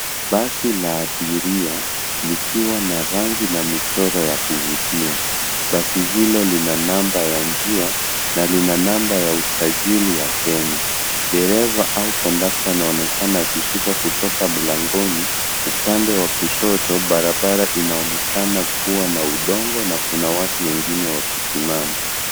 Basi la abiria likiwa na rangi na michoro ya kuvutia. Basi hilo lina namba ya njia na lina namba ya usajili ya Kenya. Dereva au contact anaonekana akishuka kutoka mlangoni. Upande wa kushoto barabara inaonekana kuwa na udongo na kuna watu wengine wakisimama.